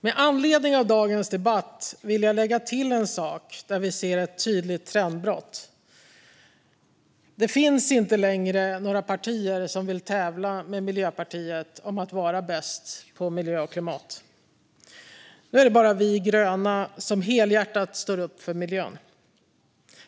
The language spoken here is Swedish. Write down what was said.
Med anledning av dagens debatt vill jag lägga till en sak där vi ser ett tydligt trendbrott. Det finns inte längre några partier som vill tävla med Miljöpartiet om att vara bäst på miljö och klimatområdet. Nu är det bara vi gröna som helhjärtat står upp för miljön.